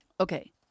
Okay